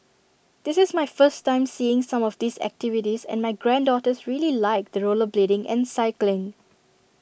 this is my first time seeing some of these activities and my granddaughters really liked the rollerblading and cycling